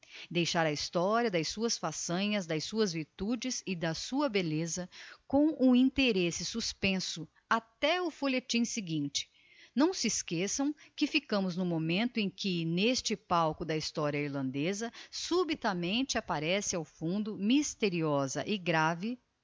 deixar a historia das suas façanhas das suas virtudes e da sua belleza com o interesse suspenso até ao folhetim seguinte não se esqueçam que ficamos no momento em que n'este palco da historia irlandesa subitamente apparece ao fundo misteriosa e grave